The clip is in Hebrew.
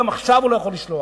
גם עכשיו הוא לא יכול לשלוח,